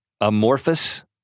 amorphous